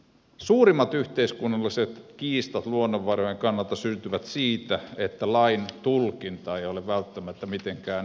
suurimmat yhteiskunnalliset kiistat luonnonvarojen kannalta syntyvät siitä että lain tulkinta ei ole välttämättä mitenkään yksiselitteinen